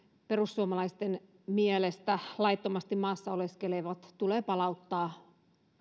perussuomalaisten mielestä laittomasti maassa oleskelevat tulee palauttaa